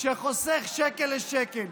שחוסך שקל לשקל,